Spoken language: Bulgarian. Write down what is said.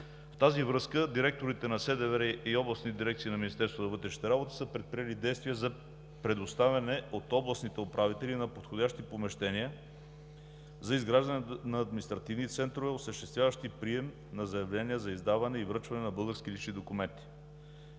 В тази връзка директорите на СДВР и областните дирекции на Министерството на вътрешните работи са предприели действия за предоставяне от областните управители на подходящи помещения за изграждането на административни центрове, осъществяващи прием на заявления за издаване и връчване на български лични документи.